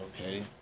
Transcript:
Okay